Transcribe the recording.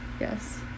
Yes